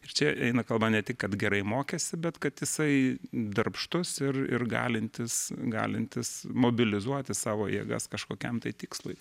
ir čia eina kalba ne tik kad gerai mokėsi bet kad jisai darbštus ir ir galintis galintis mobilizuoti savo jėgas kažkokiam tikslui